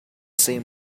same